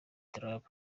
trump